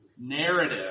narrative